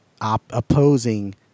opposing